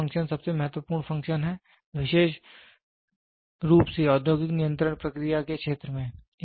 control function सबसे महत्वपूर्ण function है विशेष रूप से औद्योगिक नियंत्रण प्रक्रिया के क्षेत्र में